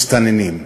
מסתננים?